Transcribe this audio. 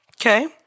Okay